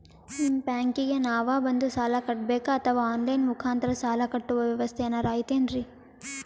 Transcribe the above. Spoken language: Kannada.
ನಿಮ್ಮ ಬ್ಯಾಂಕಿಗೆ ನಾವ ಬಂದು ಸಾಲ ಕಟ್ಟಬೇಕಾ ಅಥವಾ ಆನ್ ಲೈನ್ ಮುಖಾಂತರ ಸಾಲ ಕಟ್ಟುವ ವ್ಯೆವಸ್ಥೆ ಏನಾರ ಐತೇನ್ರಿ?